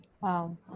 Wow